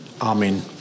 Amen